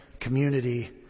community